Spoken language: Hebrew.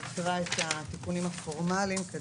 נקרא את התיקונים הפורמליים.